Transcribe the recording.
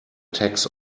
tax